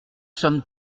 sommes